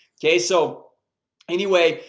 okay, so anyway,